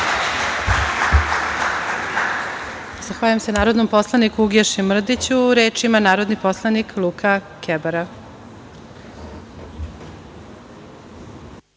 Zahvaljujem se narodnom poslaniku Uglješi Mrdiću. Reč ima narodni poslanik Luka Kebara.